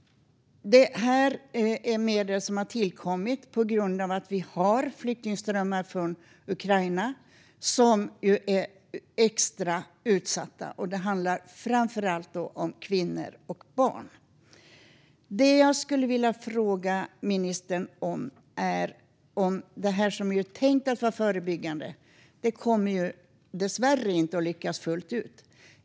Detta är medel som har tillkommit på grund av att vi har flyktingströmmar från Ukraina som är extra utsatta. Det handlar framför allt om kvinnor och barn. Detta arbete, som är tänkt att vara förebyggande, kommer dessvärre inte att lyckas fullt ut.